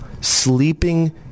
sleeping